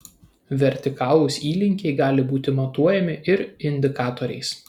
vertikalūs įlinkiai gali būti matuojami ir indikatoriais